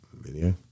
Video